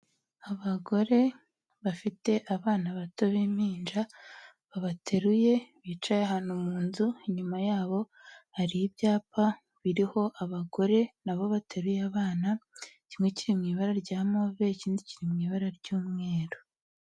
Abagore bafite abana bato b'impinja babateruye bicaye ahantu mu nzu, inyuma y'abo hari ibyapa biriho abagore na bo bateruye abana, kimwe kiri mu ibara rya move ikindi kiri mu ibara ry'umweru.